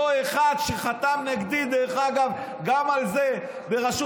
אותו אחד שחתם נגדי גם על זה ברשות